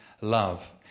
love